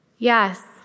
Yes